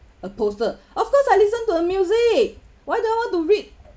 a poster of course I listen to a music why do I want to read